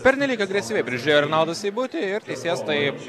pernelyg agresyviai prieš renaldą seibutį ir teisėjas tai